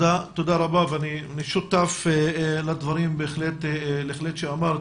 אני בהחלט שותף לדברים שאמרת.